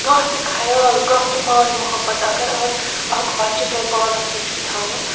کانٛہہ تہِ خیال کانٛہہ تہِ ماے محبت اگر آز اکھ بَچہ تۄہہِ پانس سۭتۍ چھُو تھاوُن